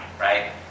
Right